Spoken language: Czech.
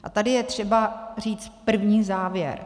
A tady je třeba říct první závěr.